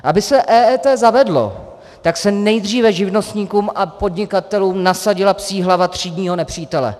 Aby se EET zavedlo, tak se nejdříve živnostníkům a podnikatelům nasadila psí hlava třídního nepřítele.